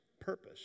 purpose